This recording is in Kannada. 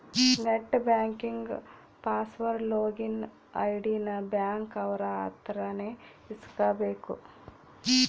net banking password login ID ನ ಬ್ಯಾಂಕ್ ಅವ್ರ ಅತ್ರ ನೇ ಇಸ್ಕಬೇಕು